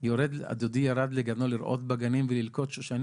דודי ירד לגנו לרעות בגנים וללקוט שושנים